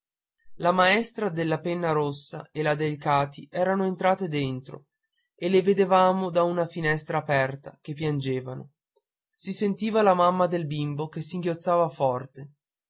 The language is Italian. la maestra della penna rossa e la delcati erano entrate dietro e le vedevamo da una finestra aperta che piangevano si sentiva la mamma del bimbo che singhiozzava forte